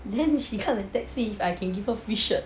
then she kind of text me I can give her free shirt